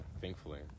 Thankfully